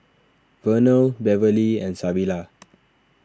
Vernell Beverlee and Savilla